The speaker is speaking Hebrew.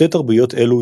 שתי תרבויות אלו,